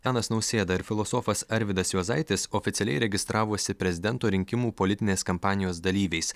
gitanas nausėda ir filosofas arvydas juozaitis oficialiai registravosi prezidento rinkimų politinės kampanijos dalyviais